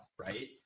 Right